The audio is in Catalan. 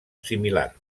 similar